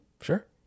Sure